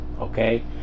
Okay